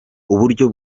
uburyo